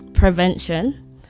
prevention